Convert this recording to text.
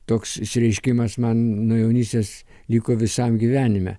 toks išsireiškimas man nuo jaunystės liko visam gyvenime